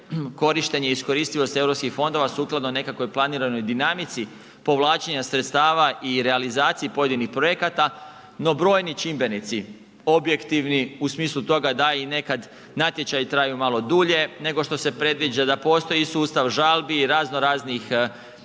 korištenje iskoristivosti europskih fondova sukladno nekakvoj planiranoj dinamici povlačenja sredstava i realizaciji pojedinih projekata no brojni čimbenici, objektivni u smislu toga da i nekad natječaji traju malo dulje nego što se predviđa, da postoji i sustav žalbi, i raznoraznih